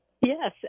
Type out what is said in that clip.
Yes